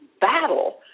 battle